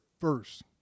first